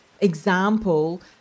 example